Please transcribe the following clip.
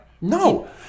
No